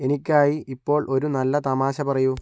എനിക്കായി ഇപ്പോൾ ഒരു നല്ല തമാശ പറയൂ